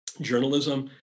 journalism